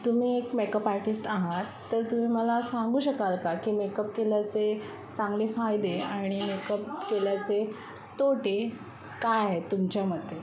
तुम्ही एक makeup artist आहात तर तुम्ही मला सांगू शकाल का की मेकअप केल्याचे चांगले फायदे आणि मेकअप केल्याचे तोटे काय आहेत तुमच्यामदे